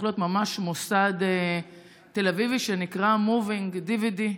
להיות ממש מוסד תל אביבי ונקרא Movieing/DVD.